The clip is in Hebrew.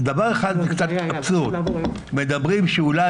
מדברים שאולי